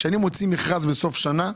כשאני מוציא מכרז בסוף שנה,